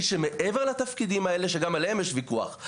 שמעבר לתפקידים האלה שגם עליהם יש ויכוח,